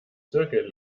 zirkel